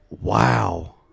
Wow